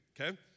okay